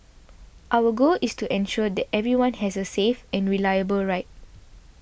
our goal is to ensure that everyone has a safe and reliable ride